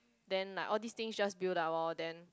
then like all these thing just build up oh then